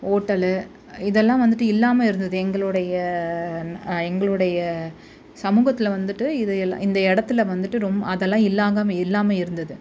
hotel இதெல்லாம் வந்துவிட்டு இல்லாமல் இருந்தது எங்களுடைய எங்களுடைய சமூகத்தில் வந்துவிட்டு இது எல்லாம் இந்த இடத்துல வந்துவிட்டு ரொம்ப அதெல்லாம் இல்லாங்கம் இல்லாமல் இருந்தது